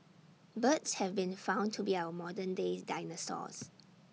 birds have been found to be our modern days dinosaurs